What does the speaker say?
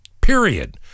period